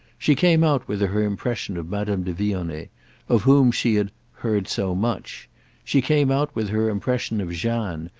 she came out with her impression of madame de vionnet of whom she had heard so much she came out with her impression of jeanne,